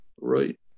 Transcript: right